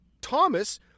Thomas